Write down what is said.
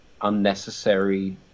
unnecessary